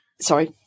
sorry